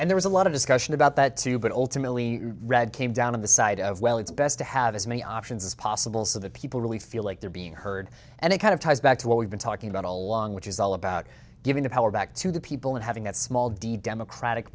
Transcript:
and there was a lot of discussion about that too but ultimately red came down on the side of well it's best to have as many options as possible so that people really feel like they're being heard and it kind of ties back to what we've been talking about along which is all about giving the power back to the people and having that small d democratic